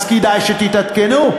אז כדאי שתתעדכנו.